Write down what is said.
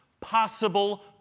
possible